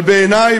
אבל בעיני,